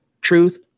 truth